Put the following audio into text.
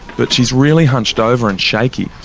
but she's really hunched over and shaky.